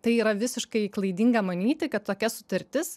tai yra visiškai klaidinga manyti kad tokia sutartis